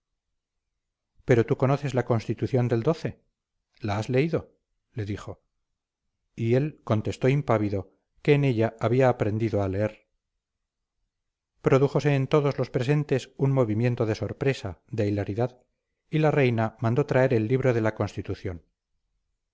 pero tú conoces la constitución del la has leído le dijo y él contestó impávido que en ella había aprendido a leer prodújose en todos los presentes un movimiento de sorpresa de hilaridad y la reina mandó traer el libro de la constitución